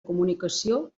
comunicació